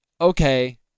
okay